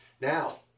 Now